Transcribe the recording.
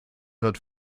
hat